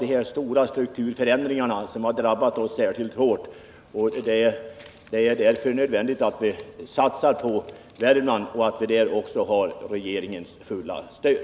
De stora strukturförändringarna har drabbat särskilt Värmland hårt, och det är därför nödvändigt att satsa på Värmland och att regeringen ger sitt fulla stöd.